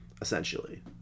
essentially